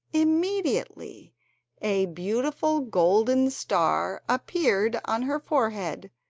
immediately a beautiful golden star appeared on her forehead,